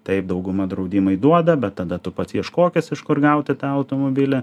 taip dauguma draudimai duoda bet tada tu pats ieškokis iš kur gauti tą automobilį